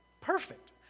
perfect